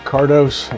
Cardos